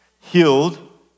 healed